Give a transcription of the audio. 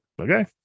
okay